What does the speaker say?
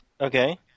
Okay